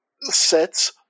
sets